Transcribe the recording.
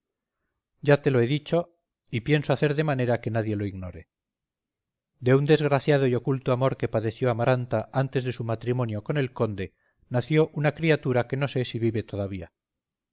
ya te lo he dicho y pienso hacer de manera que nadie lo ignore de un desgraciado y oculto amor que padeció amaranta antes de su matrimonio con el conde nació una criatura que no sé si vive todavía